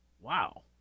wow